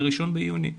ה-1 ביוני.